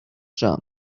jump